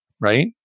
right